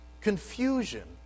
confusion